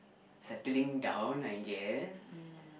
settling down I guess